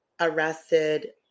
arrested